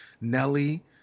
Nelly